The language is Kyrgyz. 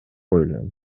ойлойм